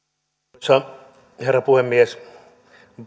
arvoisa herra puhemies